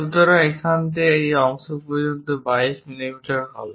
সুতরাং এখান থেকে এটি এই অংশ পর্যন্ত 22 মিমি হবে